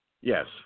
Yes